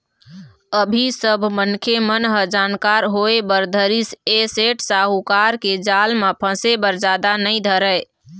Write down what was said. अभी सब मनखे मन ह जानकार होय बर धरिस ऐ सेठ साहूकार के जाल म फसे बर जादा नइ धरय